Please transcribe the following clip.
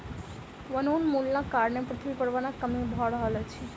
वनोन्मूलनक कारणें पृथ्वी पर वनक कमी भअ रहल अछि